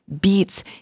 beats